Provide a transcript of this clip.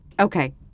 Okay